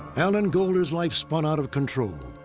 alan golder's life spun out of control.